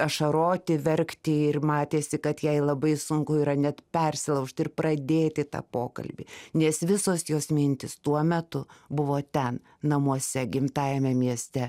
ašaroti verkti ir matėsi kad jai labai sunku yra net persilaužt ir pradėti tą pokalbį nes visos jos mintys tuo metu buvo ten namuose gimtajame mieste